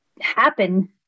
happen